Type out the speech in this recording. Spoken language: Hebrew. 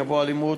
שבוע האלימות,